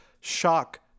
Shock